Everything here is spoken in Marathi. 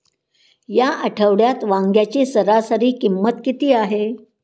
या आठवड्यात वांग्याची सरासरी किंमत किती आहे?